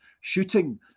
shooting